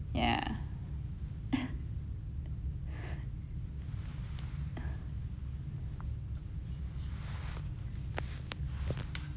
ya